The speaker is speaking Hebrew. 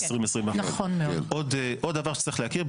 עוד דבר שצריך להכיר.